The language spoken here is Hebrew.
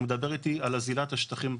הוא מדבר איתי על אזילת השטחים.